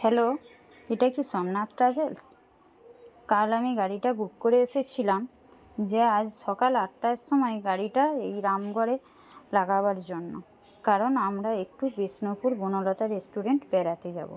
hello এটা কি Somnath travels কাল আমি গাড়িটা বুক করে এসেছিলাম যে আজ সকাল আটটার সময় গাড়িটা এই রামগড়ে লাগাবার জন্য কারণ আমরা একটু বিষ্ণুপুর বনলতা রেস্টুরেন্ট বেড়াতে যাবো